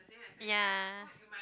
ya